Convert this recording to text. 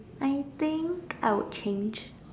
I think I would change